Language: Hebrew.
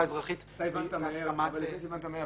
אזרחית בהסכמת --- אתה הבנת מהר,